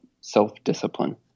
self-discipline